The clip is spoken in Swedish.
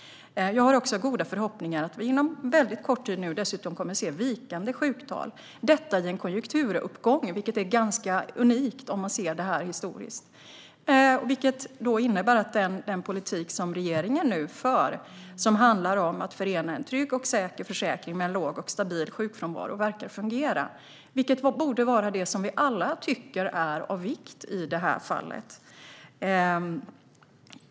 Jag har också goda förhoppningar om att vi inom kort kommer att se vikande sjuktal - detta i en konjunkturuppgång, vilket är unikt historiskt. Det innebär att den politik som regeringen för, som handlar om att förena en trygg och säker försäkring med en låg och stabil sjukfrånvaro, verkar fungera. Det borde vara vad alla tycker är av vikt.